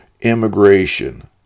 immigration